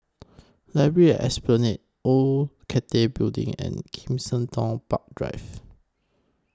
Library At Esplanade Old Cathay Building and Kensington Park Drive